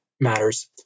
matters